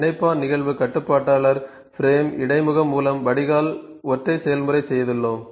இணைப்பான் நிகழ்வு கட்டுப்பாட்டாளர் பிரேம் இடைமுகம் மூல வடிகால் ஒற்றை செயல்முறை செய்துள்ளோம்